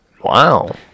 Wow